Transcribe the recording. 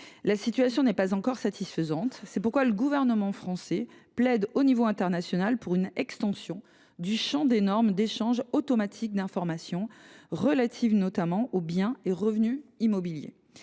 La situation n’est pas encore satisfaisante. C’est pourquoi le gouvernement français plaide au niveau international pour une extension du champ des normes d’échange automatique d’informations relatives, notamment, aux biens et revenus immobiliers.